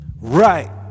Right